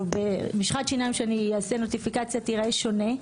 משחת שיניים שאעשה נוטיפיקציה תיראה שונה,